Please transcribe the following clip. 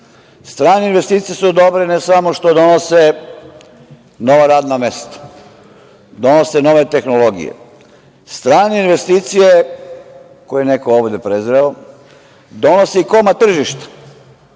uvoz. Strane investicije su dobre, ne samo što donose nova radna mesta, donose nove tehnologije. Strane investicije, koje je neko ovde prezreo, donose i komad tržišta.